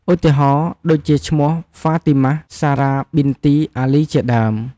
ឧទាហរណ៍ដូចជាឈ្មោះ ហ្វាទីម៉ះ សារ៉ា ប៊ីនទី អាលី ជាដើម។